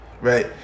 Right